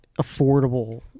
affordable